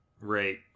Right